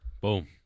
Boom